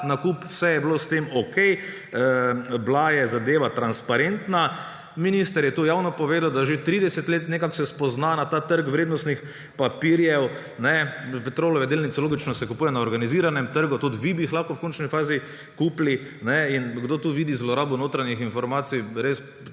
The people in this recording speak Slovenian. nakup, vse je bilo s tem okej. Bila je zadeva transparentna, minister je tu javno povedal, da že nekako 30 let nekako se spozna na ta trg vrednostnih papirjev. Petrolove delnice, logično, se kupujejo na organiziranem trgu, tudi vi bi jih lahko v končni fazi kupili in kdor tu vidi zlorabo notranjih informacij, ta